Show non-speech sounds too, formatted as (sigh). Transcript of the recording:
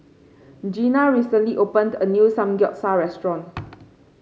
Gena recently opened a new Samgeyopsal restaurant (noise)